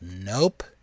Nope